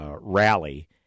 rally